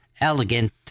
elegant